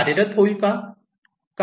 कार्यरत होईल का